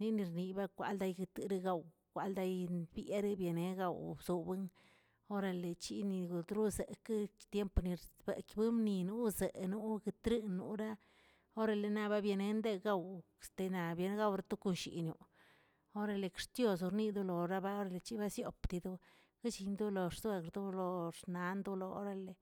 Linnixdi ba kwalday guetregaw kwalday bieri bia nigaw bzowen, orale chini gotrosaꞌ keꞌk tiemp nersbaꞌ kbemnni nosseꞌə enogogꞌtre noraꞌ orale nab bienende gawꞌ, este naꞌ biegawꞌ rtokoshiꞌnioꞌ, orale xchios onidolo rabal rchiniosioꞌ diido egshindolo xsuegr dolox xnan orale